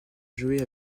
jouer